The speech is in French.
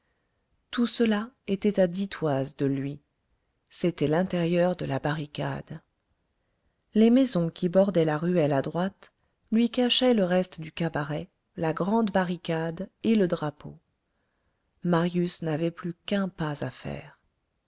tout cela était à dix toises de lui c'était l'intérieur de la barricade les maisons qui bordaient la ruelle à droite lui cachaient le reste du cabaret la grande barricade et le drapeau marius n'avait plus qu'un pas à faire